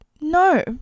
no